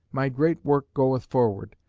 my great work goeth forward,